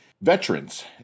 veterans